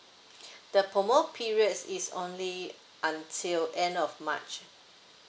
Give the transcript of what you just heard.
the promo period s~ is only until end of march